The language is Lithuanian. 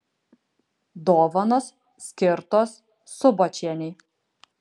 dovanos skirtos subočienei